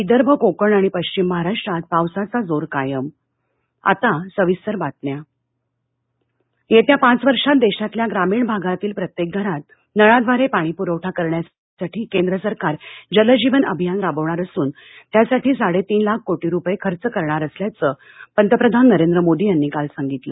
विदर्भ कोकण आणि पश्चिम महाराष्ट्रात पावसाचा जोर कायम आता सविस्तर बातम्या पंतप्रधान येत्या पाच वर्षात देशातल्या ग्रामीण भागातील प्रत्येक घरात नळाद्वारे पाणीप्रवठा करण्यासाठी केंद्र सरकार जलजीवन अभियान राबवणार असून त्यासाठी साडेतीन लाख कोटी रुपये खर्च करणार असल्याचं पंतप्रधान नरेंद्र मोदी यांनी काल सांगितलं